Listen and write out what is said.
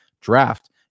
draft